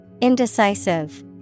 Indecisive